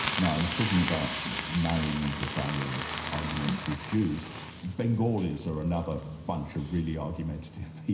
now, i was talking about marrying into a family of argumentative jews bengalis are another bunch of really argumentative